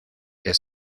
est